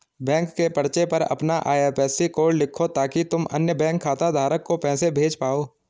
bank के पर्चे पर अपना आई.एफ.एस.सी कोड लिखो ताकि तुम अन्य बैंक खाता धारक को पैसे भेज पाओ